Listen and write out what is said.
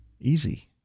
Easy